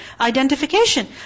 Identification